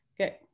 Okay